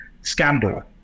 scandal